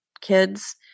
kids